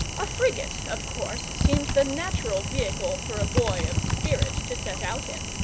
a frigate, of course, seemed the natural vehicle for a boy of spirit to set out in.